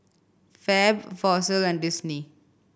Fab Fossil and Disney